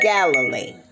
Galilee